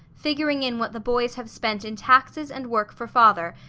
figuring in what the boys have spent in taxes and work for father,